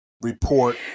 report